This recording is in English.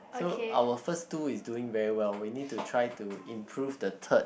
so our first two is doing very well we need to try to improve the third